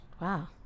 Wow